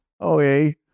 Okay